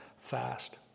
fast